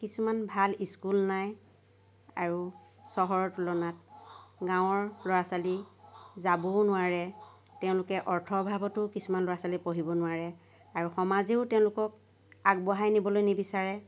কিছুমান ভাল স্কুল নাই আৰু চহৰৰ তুলনাত গাঁৱৰ ল'ৰা ছোৱালী যাবও নোৱাৰে তেওঁলোকে অৰ্থৰ অভাৱতো কিছুমান ল'ৰা ছোৱালীয়ে পঢ়িব নোৱাৰে আৰু সমাজেও তেওঁলোকক আগবঢ়াই নিবলৈ নিবিচাৰে